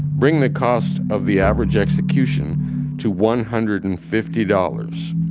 bring the cost of the average execution to one hundred and fifty dollars.